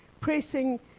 pressing